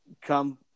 come